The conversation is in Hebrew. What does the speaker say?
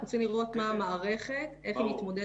אנחנו צריכים לראות איך המערכת מתמודדת